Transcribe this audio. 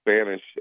spanish